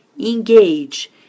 engage